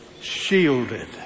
Shielded